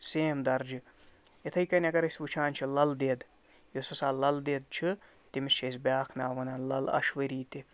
same درجہٕ یِتھَے کٔنۍ اَگر أسۍ وٕچھان چھِ لَل دٮ۪د یۄس ہسا لَل دٮ۪د چھِ تٔمِس چھِ أسۍ بیٛاکھ ناو وَنان لَل آشؤری تہِ